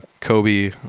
Kobe